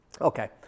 Okay